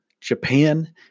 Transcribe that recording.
Japan